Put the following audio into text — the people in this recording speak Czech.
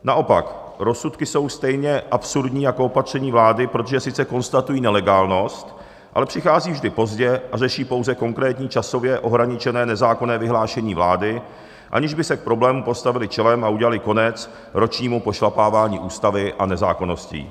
Naopak, rozsudky jsou stejně absurdní jako opatření vlády, protože sice konstatují nelegálnost, ale přichází vždy pozdě a řeší pouze konkrétní časově ohraničené nezákonné vyhlášení vlády, aniž by se k problému postavily čelem a udělaly konec ročnímu pošlapávání ústavy a nezákonností.